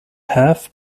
half